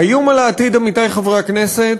האיום על העתיד, עמיתי חברי הכנסת,